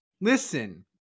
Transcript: listen